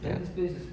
ya